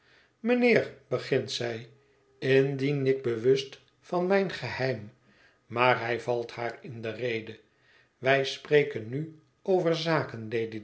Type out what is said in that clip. mijnheer begint zij indien ik bewust van mijn geheim maar hij valt haar in de rede wij spreken nu over zaken